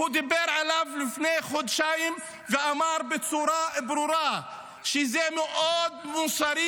הוא דיבר עליו לפני חודשיים ואמר בצורה מאוד ברורה שזה מאוד מוסרי